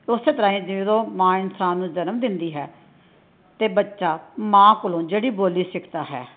ਉਸੇ ਤਰ੍ਹਾਂ ਹੀ ਜਦੋਂ ਮਾਂ ਇਨਸਾਨ ਨੂੰ ਜਨਮ ਦਿੰਦੀ ਹੈ ਅਤੇ ਬੱਚਾ ਮਾਂ ਕੋਲੋਂ ਜਿਹੜੀ ਬੋਲੀ ਸਿੱਖਦਾ ਹੈ